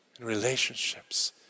relationships